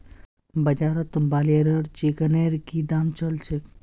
बाजारत ब्रायलर चिकनेर की दाम च ल छेक